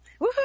woohoo